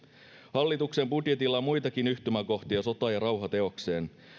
hallituksen budjetilla on muitakin yhtymäkohtia sota ja rauha teokseen